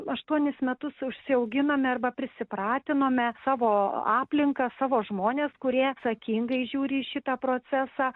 aštuonis metus užsiauginome arba prisipratinome savo aplinką savo žmones kurie atsakingai žiūri į šitą procesą